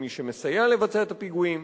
עם מי שמסייע לבצע את הפיגועים.